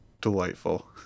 delightful